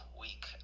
Week